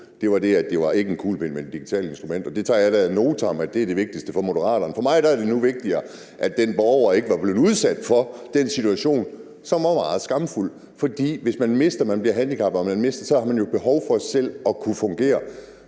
det var det med, at det ikke var en kuglepen, men et digitalt instrument. Jeg tager da ad notam, at det er det vigtigste for Moderaterne. For mig er det nu vigtigere, at den borger ikke var blevet udsat for den situation, som var meget skamfuld. For hvis man bliver handicappet og mister den, har man jo behov for selv at kunne fungere,